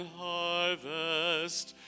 harvest